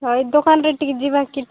ହଁ ଏଇ ଦୋକାନରେ ଟିକେ ଯିବା କି